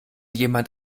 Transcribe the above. jemand